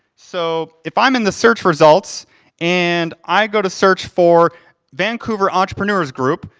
so, if i'm in the search results and i go to search for vancouver entrepreneurs group,